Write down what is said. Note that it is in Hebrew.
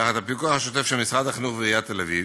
בפיקוח שוטף של משרד החינוך ועיריית תל-אביב,